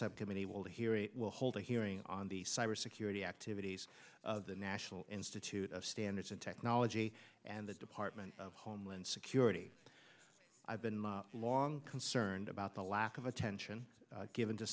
it will hold a hearing on the cybersecurity activities of the national institute of standards and technology and the department of homeland security i've been long concerned about the lack of attention given to